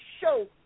show